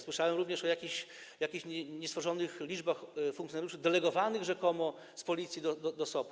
Słyszałem również o jakichś niestworzonych liczbach funkcjonariuszy delegowanych rzekomo z Policji do SOP-u.